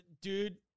dude